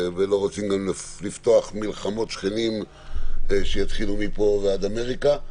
ולא רוצים גם לפתוח במלחמות שכנים שיתחילו מפה ועד אמריקה.